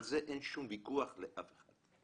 על זה אין שום ויכוח לאף אחד.